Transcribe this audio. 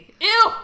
Ew